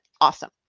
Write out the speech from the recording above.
Awesome